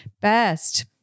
best